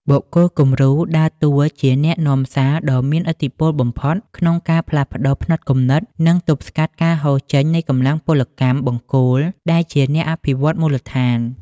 បុគ្គលគំរូដើរតួជាអ្នកនាំសារដ៏មានឥទ្ធិពលបំផុត ក្នុងការផ្លាស់ប្តូរផ្នត់គំនិត និងទប់ស្កាត់ការហូរចេញនៃកម្លាំងពលកម្មបង្គោលដែលជាអ្នកអភិវឌ្ឍមូលដ្ឋាន។